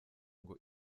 ngo